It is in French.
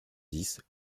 dix